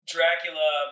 Dracula